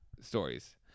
stories